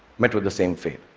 met with the same fate.